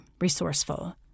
resourceful